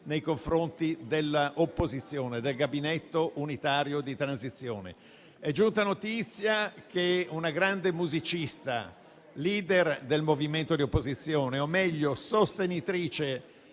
nei confronti dell'opposizione, del Gabinetto unitario di transizione. È giunta notizia che una grande musicista, *leader* del movimento di opposizione, sostenitrice